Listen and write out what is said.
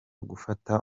gufata